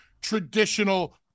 traditional